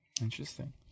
interesting